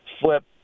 flip